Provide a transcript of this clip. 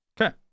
okay